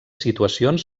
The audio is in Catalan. situacions